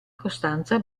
costanza